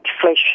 flesh